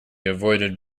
avoided